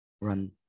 run